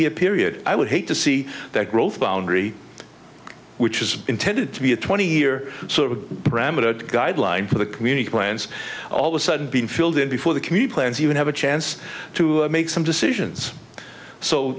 year period i would hate to see that growth boundary which is intended to be a twenty year sort of parameter a guideline for the community plans all the sudden be filled in before the community plans even have a chance to make some decisions so